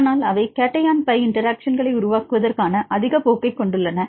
ஆனால் அவை cation pi இன்டெராக்ஷன்களை உருவாக்குவதற்கான அதிக போக்கைக் கொண்டுள்ளன